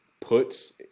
puts